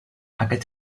aquest